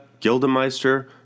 Gildemeister